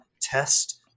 test